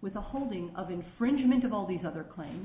with the holding of infringement of all these other claims